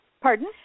Pardon